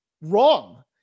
wrong